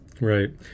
Right